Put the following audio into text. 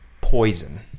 poison